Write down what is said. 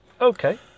okay